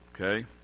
okay